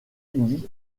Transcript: unis